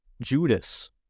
Judas